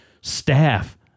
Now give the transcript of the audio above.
staff